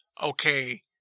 okay